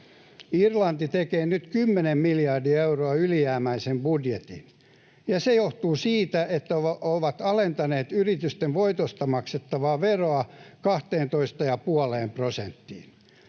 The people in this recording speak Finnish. Irlanti tekee nyt 10 miljardia euroa ylijäämäisen budjetin, ja se johtuu siitä, että he ovat alentaneet yritysten voitosta maksettavaa veroa 12,5 prosenttiin.